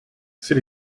c’est